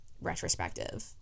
retrospective